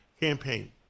campaign